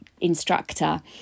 instructor